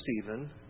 Stephen